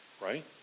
Right